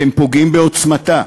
אתם פוגעים בעוצמתה,